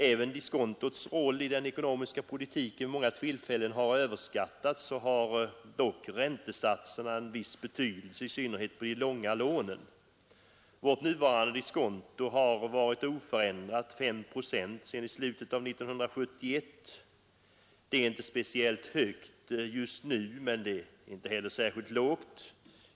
Även om diskontots roll i den ekonomiska politiken vid många tillfällen har överskattats, har räntesatserna dock en viss betydelse, i synnerhet vid långa lån. Vårt nuvarande diskonto har varit oförändrat 5 procent sedan slutet av 1971. Det är inte speciellt högt, men inte heller särskilt lågt.